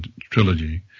trilogy